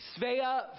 Svea